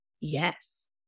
yes